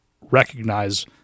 recognize